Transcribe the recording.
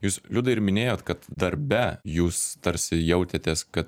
jūs liudai ir minėjot kad darbe jūs tarsi jautėtės kad